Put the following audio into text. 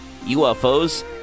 ufos